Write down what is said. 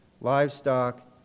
livestock